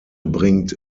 bringt